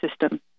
system